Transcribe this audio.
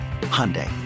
Hyundai